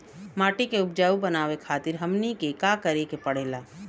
माटी के उपजाऊ बनावे खातिर हमनी के का करें के पढ़ेला?